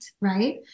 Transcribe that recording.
right